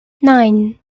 nine